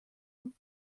him